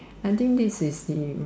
I think this is the